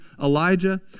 Elijah